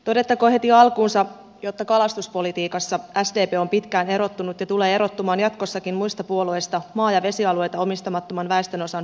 todettakoon heti alkuunsa että kalastuspolitiikassa sdp on pitkään erottunut ja tulee erottumaan jatkossakin muista puolueista maa ja vesialueita omistamattoman väestön osan puolestapuhujana